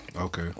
Okay